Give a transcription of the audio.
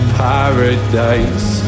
paradise